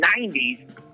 90s